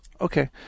Okay